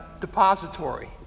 Depository